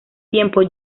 tiempo